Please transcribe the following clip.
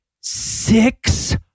six